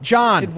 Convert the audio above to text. John